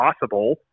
possible